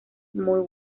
muy